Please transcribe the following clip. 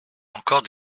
encore